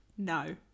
No